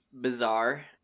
bizarre